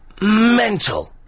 mental